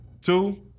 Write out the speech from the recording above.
Two